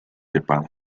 jepang